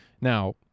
Now